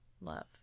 Love